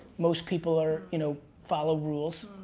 most people are, you know, follow rules,